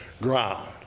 ground